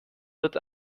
wird